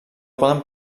poden